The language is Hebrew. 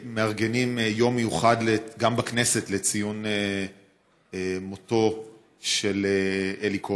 מארגנים יום מיוחד גם בכנסת לציון מותו של אלי כהן.